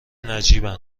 نجیبن